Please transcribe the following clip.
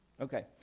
Okay